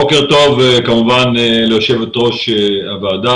בוקר טוב ליושבת ראש הוועדה,